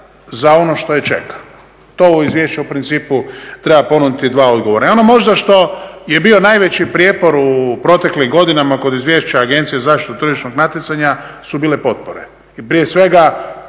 za ono što je čeka. To ovo izvješće u principu treba ponuditi dva odgovora. I ono možda što je bio najveći prijepor u proteklim godinama kod izvješća Agencije za zaštitu tržišnog natjecanja su bile potpore i prije svega